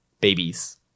babies